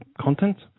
content